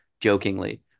jokingly